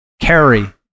carry